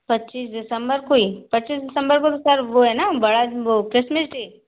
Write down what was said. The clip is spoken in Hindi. पच्चीस दिसम्बर को ही पच्चीस दिसम्बर को तो वो है ना बड़ा क्रिसमस डे